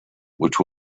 which